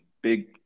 Big